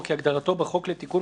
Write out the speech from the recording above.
כרגע אנחנו מדברים על מנגנון העברה.